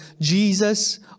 Jesus